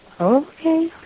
Okay